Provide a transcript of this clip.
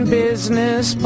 business